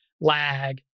lag